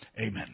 Amen